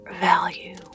value